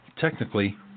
technically